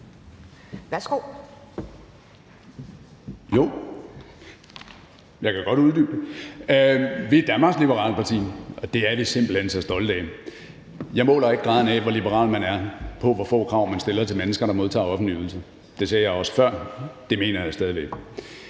(V): Jo, og jeg kan godt uddybe det: Vi er Danmarks Liberale Parti, og det er vi simpelt hen så stolte af. Jeg måler ikke graden af, hvor liberal man er, på, hvor få krav man stiller til mennesker, der modtager offentlige ydelser. Det sagde jeg også før, og det mener jeg stadig væk.